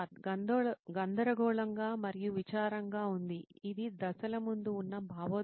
సిద్ధార్థ్ గందరగోళంగా మరియు విచారంగా ఉంది ఇది దశల ముందు ఉన్న భావోద్వేగం